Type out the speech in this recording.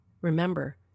Remember